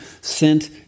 sent